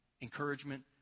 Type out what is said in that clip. encouragement